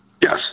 Yes